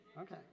Okay